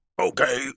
okay